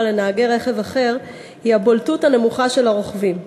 לנהגי רכב אחר היא הבולטות הנמוכה של הרוכבים.